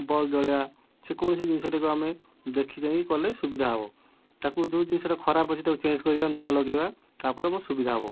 bulb ଜଳେଇବା ଯେକୌଣସି ଜିନିଷଟିକୁ ଆମେ ଦେଖି ଚାହିଁକି କଲେ ସୁବିଧା ହେବ ତାକୁ ଯେଉଁ ଜିନିଷଟା ଖରାପ ଅଛି ତାକୁ ଚେଞ୍ଜ୍ କରିବା ନୂଆ ଲଗେଇବା ତାପରେ ଆମକୁ ସୁବିଧା ହେବ